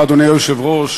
אדוני היושב-ראש,